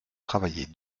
travailler